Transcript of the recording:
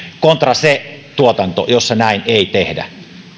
kontra se tuotanto jossa näin ei tehdä